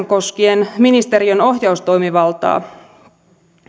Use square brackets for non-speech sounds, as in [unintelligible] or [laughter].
[unintelligible] koskien ministeriön ohjaustoimivaltaa